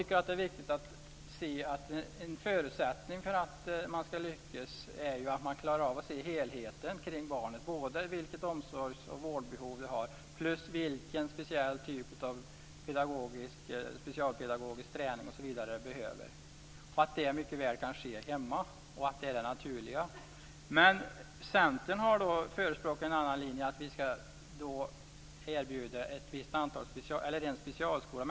En förutsättning för att man ska lyckas är att man klarar att se helheten kring barnet, både vilket omsorgs och vårdbehov som det har och vilken typ av specialpedagogisk träning osv. som det behöver. Det kan mycket väl ske hemma, och det är det naturliga. Centern har förespråkat en annan linje, nämligen att vi ska erbjuda plats i specialskola.